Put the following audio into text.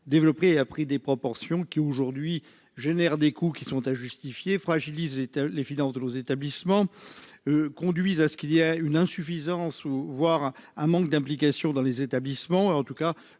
développée et a pris des proportions qui aujourd'hui génère des coûts qui sont injustifiées fragilise les finances de l'eau établissements conduisent à ce qu'il y a une insuffisance ou voire un manque d'implication dans les établissements et en tout cas